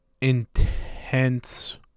intense